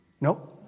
no